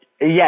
yes